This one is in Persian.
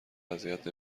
اذیت